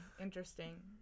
interesting